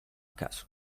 caso